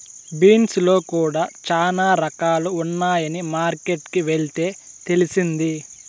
beans లో కూడా చానా రకాలు ఉన్నాయని మార్కెట్ కి వెళ్తే తెలిసింది